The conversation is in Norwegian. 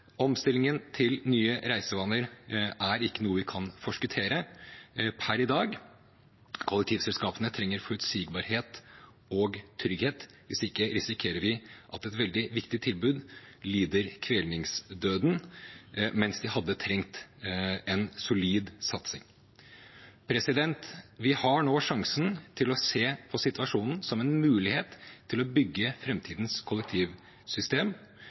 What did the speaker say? Omstillingen til nye reisevaner er ikke noe vi kan forskuttere per i dag. Kollektivselskapene trenger forutsigbarhet og trygghet. Hvis ikke risikerer vi at et veldig viktig tilbud lider kvelningsdøden mens de hadde trengt en solid satsing. Vi har nå sjansen til å se på situasjonen som en mulighet til å bygge framtidens kollektivsystem.